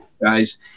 guys